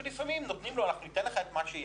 שלפעמים אומרים לו ניתן לך מה שיש,